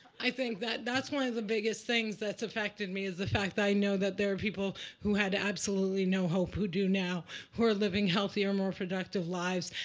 i think that that's one of the biggest things that's affected me, is the fact that i know that there are people who had absolutely no hope, who do now. who are living healthier, more productive lives.